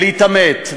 ולהתעמת,